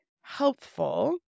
helpful